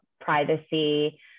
privacy